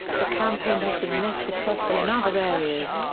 the campaign has been less successful in other areas,